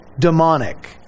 demonic